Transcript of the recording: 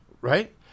Right